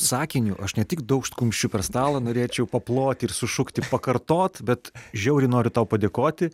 sakiniu aš ne tik daužt kumščiu per stalą norėčiau paploti ir sušukti pakartot bet žiauriai noriu tau padėkoti